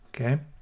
okay